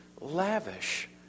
lavish